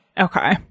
okay